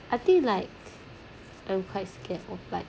I think like I'm quite scared of like